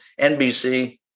NBC